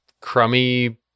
crummy